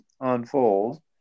unfold